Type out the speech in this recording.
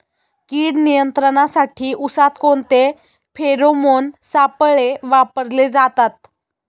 कीड नियंत्रणासाठी उसात कोणते फेरोमोन सापळे वापरले जातात?